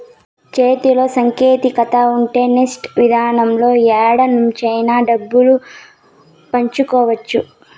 చేతిలో సాంకేతికత ఉంటే నెఫ్ట్ విధానంలో యాడ నుంచైనా డబ్బులు పంపవచ్చు